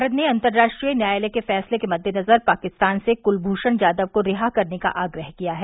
भारत ने अतंर्राष्ट्रीय न्यायालय के फैसले के मद्देनज़र पाकिस्तान से कुलभूषण जाधव को रिहा करने का आग्रह किया है